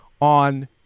on